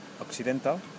occidental